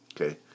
Okay